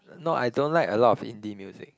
no I don't like a lot of indie music